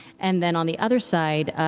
and then on the other side,